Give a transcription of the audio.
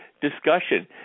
discussion